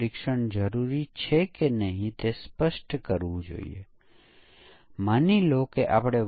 પરીક્ષણ હેઠળની પ્રક્રિયાને કદાચ અન્ય વૈશ્વિક ડેટા જોઈ શકે છે